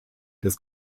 des